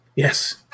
Yes